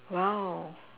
wow